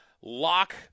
lock